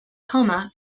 comma